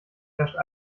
herrscht